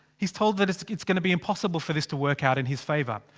he's told that it's like it's gonna be impossible for this to work out in his favour.